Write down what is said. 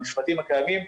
המפרטים הקיימים,